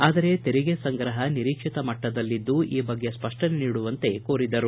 ಆದರೆ ತೆರಿಗೆ ಸಂಗ್ರಹ ನಿರೀಕ್ಷಿತ ಮಟ್ಟದಲ್ಲಿದ್ದು ಈ ಬಗ್ಗೆ ಸ್ಪಷ್ಟನೆ ನೀಡುವಂತೆ ಕೋರಿದರು